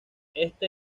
este